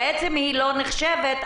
היא לא נחשבת,